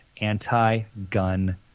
anti-gun